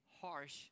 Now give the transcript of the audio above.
harsh